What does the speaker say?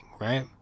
right